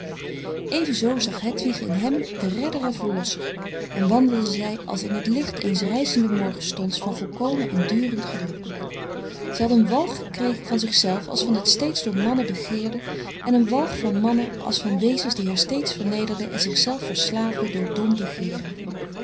evenzoo zag hedwig in hem den redder en verlosser en wandelde zij als in t licht eens rijzenden morgenstonds van volkomen en durend geluk zij had een walg gekregen van zichzelf als van het steeds door mannen begeerde en een walg van mannen als van frederik van eeden van de koele meren des doods wezens die haar steeds vernederden en zichzelf verslaafden door dom begeeren